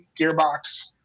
gearbox